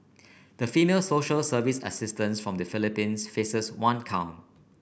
the female social service assistance from the Philippines faces one count